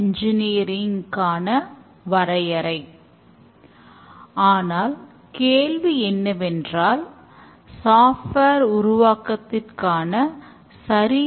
இதன் முக்கிய நோக்கம் என்னவென்றால் என்னென்ன நல்ல வேலைகள் உள்ளனவோ அவற்றை அதிகபட்சமாக பயன்படுத்துவது தான்